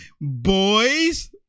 boys